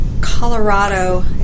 Colorado